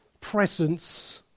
presence